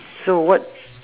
so what